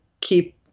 keep